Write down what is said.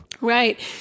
Right